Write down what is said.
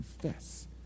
confess